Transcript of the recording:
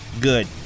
good